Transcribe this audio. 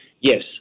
yes